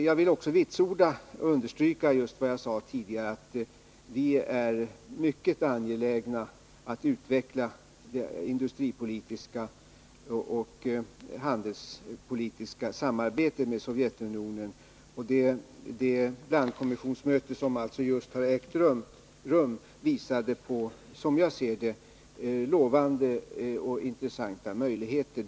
Jag vill emellertid vitsorda och understryka vad jag tidigare sade, nämligen att vi är mycket angelägna om att utveckla det industripolitiska och handelspolitiska samarbetet med Sovjetunionen. Det Brandt-kommissionsmöte som just har ägt rum visade på, som jag ser det, lovande och intressanta möjligheter.